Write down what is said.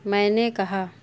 میں نے کہا